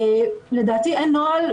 לדעתי אין נוהל,